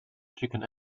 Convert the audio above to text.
chicken